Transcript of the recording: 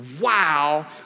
wow